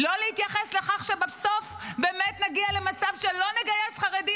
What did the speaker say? לא להתייחס לכך שבסוף באמת נגיע למצב שלא נגייס חרדים.